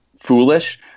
foolish